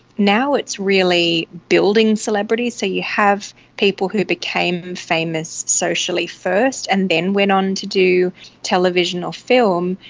now it's really building celebrities, so you have people who became famous socially first and then went on to do television or film.